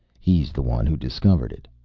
he's the one who discovered it.